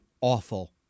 awful